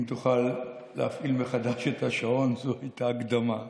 אם תוכל להפעיל מחדש את השעון, זו הייתה הקדמה.